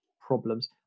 problems